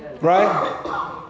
Right